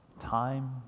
Time